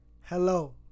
hello